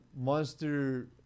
Monster